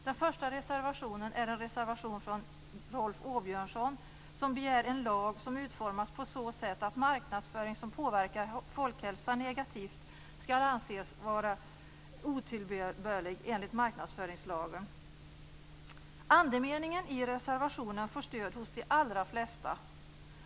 Den första reservationen har fogats av Rolf Åbjörnsson. I reservationen begär han en lag som utformas så att marknadsföring som påverkar folkhälsan negativt skall anses vara otillbörlig enligt marknadsföringslagen. Andemeningen i reservationen får stöd hos de allra flesta.